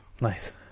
Nice